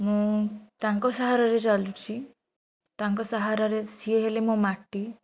ମୁଁ ତାଙ୍କ ସାହାରାରେ ଚାଲୁଛି ତାଙ୍କ ସାହାରାରେ ସିଏ ହେଲେ ମୋ ମାଟି